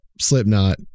Slipknot